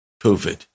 COVID